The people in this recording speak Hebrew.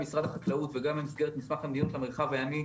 משרד החקלאות וגם במסגרת מסמך המדיניות למרחב הימי,